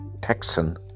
Texan